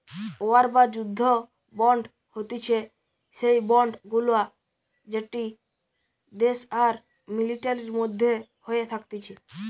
war বা যুদ্ধ bond হতিছে সেই বন্ড গুলা যেটি দেশ আর মিলিটারির মধ্যে হয়ে থাকতিছে